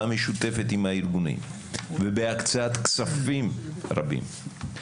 משותפת עם הארגונים ובהקצאת כספים רבים,